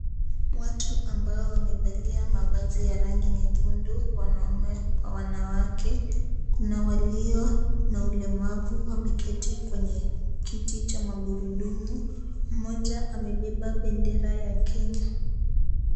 Watu ambao wamevalia mavazi ya rangi nyekundu wanaume kwa wanawake kuna walio na ulemavu, wameketi kwenye kiti cha magurudumu mmoja amebeba bendera ya Kenya.